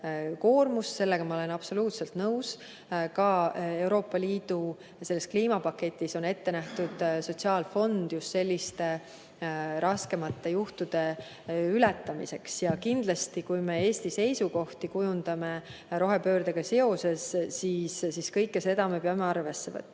koormust, olen ma absoluutselt nõus. Ka Euroopa Liidu kliimapaketis on ette nähtud sotsiaalfond just selliste raskemate juhtude ületamiseks. Kindlasti, kui me kujundame Eesti seisukohti rohepöördega seoses, siis kõike seda me peame arvesse võtma.